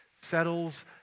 settles